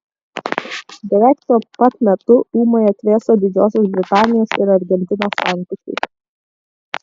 beveik tuo pat metu ūmai atvėso didžiosios britanijos ir argentinos santykiai